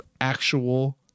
actual